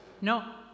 No